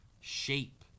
shape